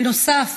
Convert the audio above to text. בנוסף,